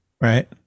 Right